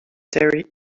terry